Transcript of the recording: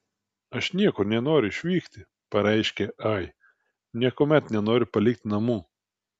aš niekur nenoriu išvykti pareiškė ai niekuomet nenoriu palikti namų